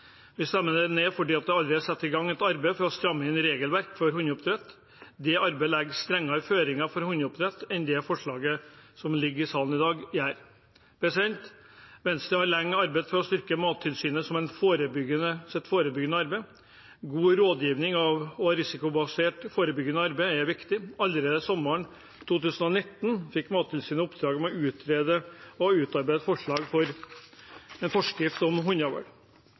Vi stemmer det ned fordi det allerede er satt i gang et arbeid for å stramme inn regelverket for hundeoppdrett. Det arbeidet legger strengere føringer for hundeoppdrett enn det forslaget som ligger i salen i dag, gjør. Venstre har lenge arbeidet for å styrke Mattilsynets forebyggende arbeid. God rådgivning og risikobasert forebyggende arbeid er viktig. Allerede sommeren 2019 fikk Mattilsynet i oppdrag å utrede og utarbeide et forslag til en forskrift om